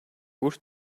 бүр